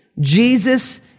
Jesus